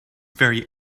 very